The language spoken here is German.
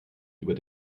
über